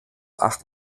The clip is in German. acht